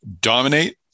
dominate